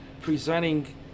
presenting